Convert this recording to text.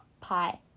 pie